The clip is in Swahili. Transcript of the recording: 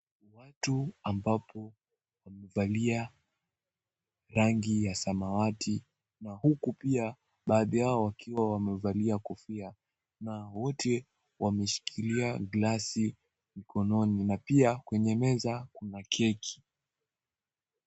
Watu ambapo wamevalia rangi ya samawati na huku pia baadhi yao wakiwa wamevalia kofia na wote wameshikilia glasi mikononi na pia kwenye meza kuna keki.